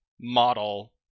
model